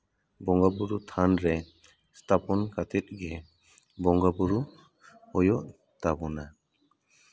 ᱵᱚᱸᱜᱟ ᱵᱩᱨᱩ ᱛᱷᱟᱱ ᱨᱮ ᱛᱷᱟᱯᱚᱱ ᱠᱟᱛᱮᱫ ᱜᱮ ᱵᱚᱸᱜᱟᱼᱵᱩᱨᱩ ᱦᱳᱭᱳᱜ ᱛᱟᱵᱚᱱᱟ